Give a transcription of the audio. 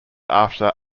after